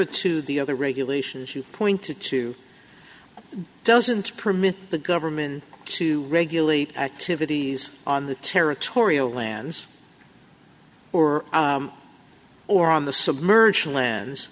e the other regulations you pointed to doesn't permit the government to regulate activities on the territorial lands or or on the submerged lands